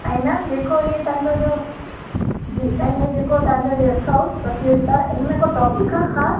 ऐं मैम जेको ई तव्हांजो जो जी ऐं इयो जेको तव्हांजो ईअं अथव प्रतियोगिता इनमें को टॉपिक आहे ख़ासि